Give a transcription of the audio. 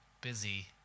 busy